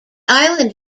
island